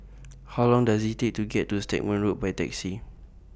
How Long Does IT Take to get to Stagmont Road By Taxi